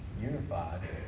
unified